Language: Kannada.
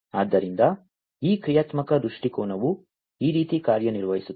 ಆದ್ದರಿಂದ ಈ ಕ್ರಿಯಾತ್ಮಕ ದೃಷ್ಟಿಕೋನವು ಈ ರೀತಿ ಕಾರ್ಯನಿರ್ವಹಿಸುತ್ತದೆ